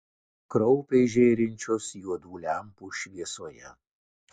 kraupiai žėrinčios juodų lempų šviesoje